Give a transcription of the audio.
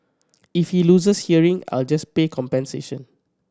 if he loses hearing I'll just pay compensation